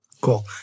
Cool